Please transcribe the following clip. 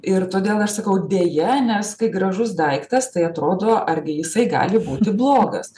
ir todėl aš sakau deja nes kai gražus daiktas tai atrodo argi jisai gali būti blogas